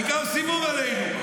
העיקר, סיבוב עלינו.